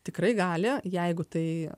tikrai gali jeigu tai